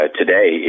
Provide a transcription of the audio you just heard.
today